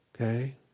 Okay